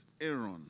Aaron